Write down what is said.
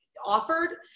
Offered